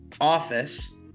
office